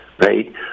right